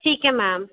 ठीक ऐ मैम